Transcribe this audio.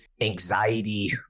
anxiety